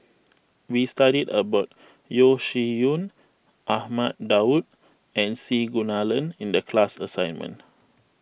we studied about Yeo Shih Yun Ahmad Daud and C Kunalan in the class assignment